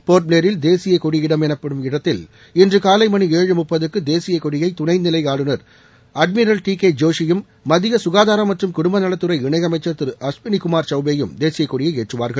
board பிளேரில் தேசிய கொடி இடம் என்படும் இடத்தில் இன்று காலை மனி ஏழு முப்பதுக்கு தேசியக் கொடியை துணைநிலை ஆளுநர் அட்மிரல் டி கே ஜோஷியும் மத்திய ககாதாரம் மற்றும் குடும்பநலத்துறை இணையமைச்சர் திரு அஸ்வினி குமார் சவுபேயும் தேசியக் கொடியை ஏற்றுவார்கள்